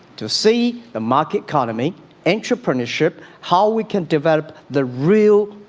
to see the market economy entrepreneurship how we can develop the real?